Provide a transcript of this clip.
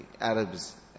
Arabs